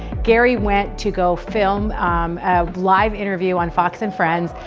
gary went to go film a live interview on fox and friends.